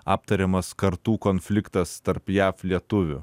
aptariamas kartų konfliktas tarp jav lietuvių